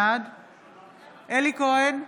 בעד אלי כהן,